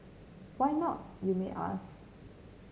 why not you might ask